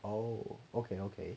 oh okay okay